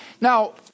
Now